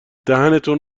دهنتون